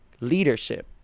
leadership